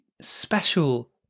special